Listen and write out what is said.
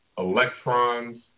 Electrons